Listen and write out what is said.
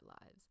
lives